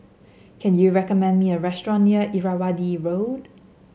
can you recommend me a restaurant near Irrawaddy Road